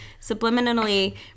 subliminally